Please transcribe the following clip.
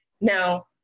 Now